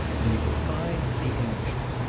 and you will find the englishman.